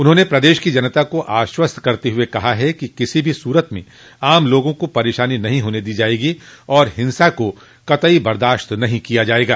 उन्होंने प्रदश की जनता को आश्वस्त करते हुए कहा कि किसी भी सूरत में आम लोगों को परेशानी नहीं होने दी जायेगी और हिंसा को कतई बर्दाश्त नहीं किया जायेगा